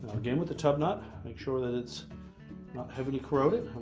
again with the tub nut, make sure that it's not heavily corroded.